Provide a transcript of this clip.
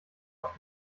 auf